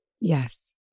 Yes